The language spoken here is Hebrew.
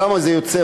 כמה זה יוצא,